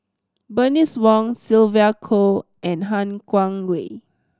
Bernice Wong Sylvia Kho and Han Guangwei